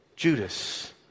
Judas